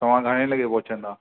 तवां घणे लॻे पहुचंदा